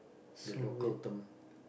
the local term